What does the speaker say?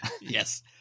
Yes